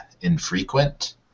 infrequent